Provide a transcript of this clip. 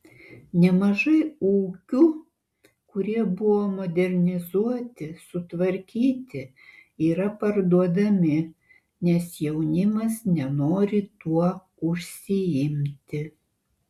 nemažai ūkių kurie buvo modernizuoti sutvarkyti yra parduodami nes jaunimas nenori tuo užsiimti